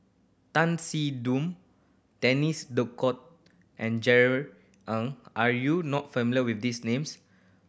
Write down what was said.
Tan Siew Denis D'Cotta and Jerry Ng are you not familiar with these names